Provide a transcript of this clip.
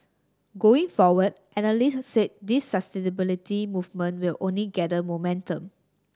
going forward analysts said this sustainability movement will only gather momentum